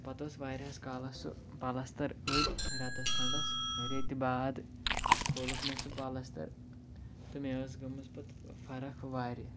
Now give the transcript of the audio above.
پَتہٕ اوس واریاہَس کالَس سُہ پَلستَر أتھۍ رٮ۪تَس کھنٛڈَس ریٚتہِ بعد کھولُکھ مےٚ سُہ پَلستَر تہٕ مےٚ ٲس گٔمٕژ پَتہٕ فَرَکھ واریاہ